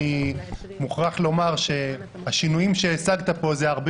אני מוכרח לומר שהשינויים שהשגת פה זה הרבה